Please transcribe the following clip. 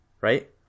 right